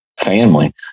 family